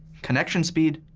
connection speed,